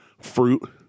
fruit